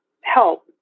help